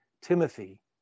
Timothy